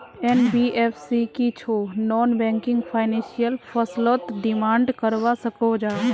NBFC की छौ non banking financial फसलोत डिमांड करवा सकोहो जाहा?